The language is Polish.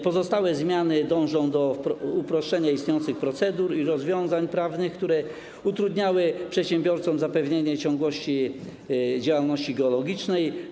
Pozostałe zmiany dążą do uproszczenia istniejących procedur i rozwiązań prawnych, które utrudniały przedsiębiorcom zapewnienie ciągłości działalności geologicznej.